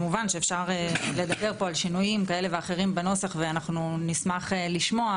כמובן שאפשר לדבר פה על שינויים כאלה ואחרים בנוסח ואנחנו נשמח לשמוע,